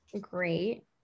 great